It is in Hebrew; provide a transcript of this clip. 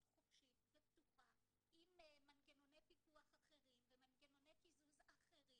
חופשית ופתוחה עם מנגנוני פיקוח אחרים ומנגנוני קיזוז אחרים,